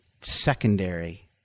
secondary